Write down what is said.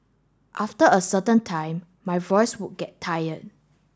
after a certain time my voice would get tired